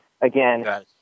Again